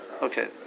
Okay